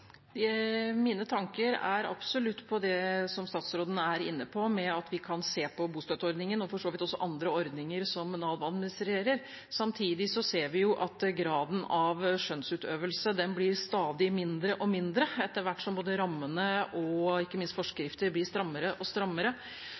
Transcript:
Mine tanker er absolutt inne på det som også statsråden er inne på, med at vi kan se på bostøtteordningen, og for så vidt også på andre ordninger som Nav administrerer. Samtidig ser vi at graden av skjønnsutøvelse blir stadig mindre, etter hvert som både rammer og ikke minst